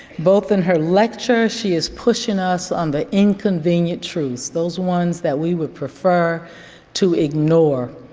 both in her lecture, she is pushing us on the inconvenient truths. those ones that we would prefer to ignore.